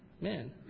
man